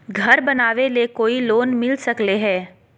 घर बनावे ले कोई लोनमिल सकले है?